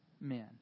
men